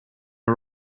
are